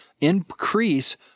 increase